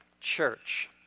Church